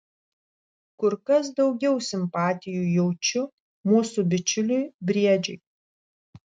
kur kas daugiau simpatijų jaučiu mūsų bičiuliui briedžiui